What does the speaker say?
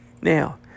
Now